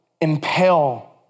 impale